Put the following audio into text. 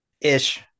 Ish